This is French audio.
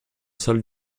salle